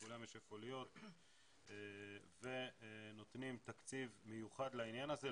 לכולן יש איפה להיות ונותנים תקציב מיוחד לעניין הזה,